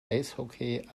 eishockey